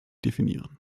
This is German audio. definieren